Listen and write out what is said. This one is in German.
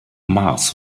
mars